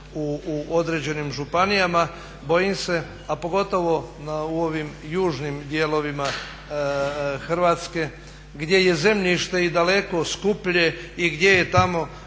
u određenim županijama. Bojim se, a pogotovo u ovim južnim dijelovima Hrvatske gdje je zemljište i daleko skuplje i gdje je tamo